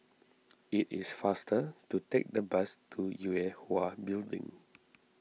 it is faster to take the bus to Yue Hwa Building